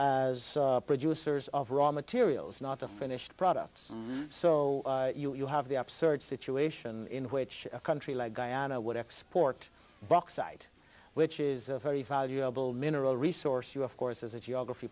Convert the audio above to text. s as producers of raw materials not the finished products so you have the upsurge situation in which a country like guyana would export rock site which is very valuable mineral resource you of course as a geography